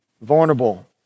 vulnerable